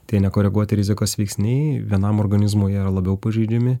tie nekoreguoti rizikos veiksniai vienam organizmui yra labiau pažeidžiami